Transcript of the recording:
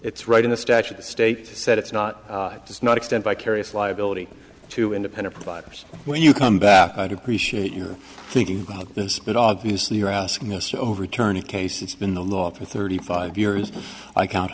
it's right in a statute the state said it's not does not extend vicarious liability to independent providers when you come back i'd appreciate your thinking about this but obviously you're asking this overturning case it's been the law for thirty five years i count